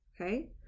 okay